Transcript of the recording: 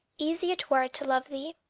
easy it were to love thee.